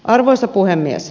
arvoisa puhemies